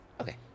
Okay